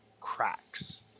cracks